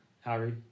Harry